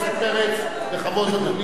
חבר הכנסת פרץ, בכבוד,